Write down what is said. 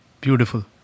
Beautiful